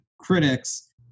critics